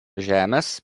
žemės